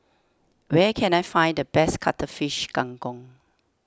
where can I find the best Cuttlefish Kang Kong